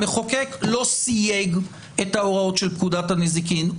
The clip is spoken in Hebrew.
המחוקק לא סייג את ההוראות של פקודת הנזיקין.